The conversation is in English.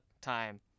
time